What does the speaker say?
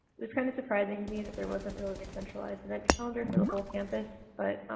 it's kind of surprising to me that there wasn't really a centralized event calendar for the whole campus, but